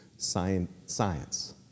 science